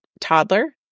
toddler